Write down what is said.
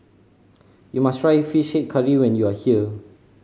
you must try Fish Head Curry when you are here